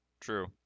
True